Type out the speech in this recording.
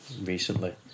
recently